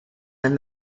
than